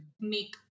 make